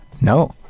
No